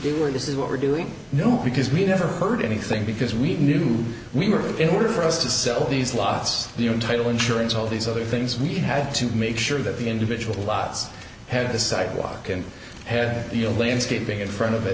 or this is what we're doing no because we never heard anything because we knew we were in order for us to sell these lots the in title insurance all these other things we had to make sure that the individual lots had the sidewalk and had the a landscaping in front of it